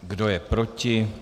Kdo je proti?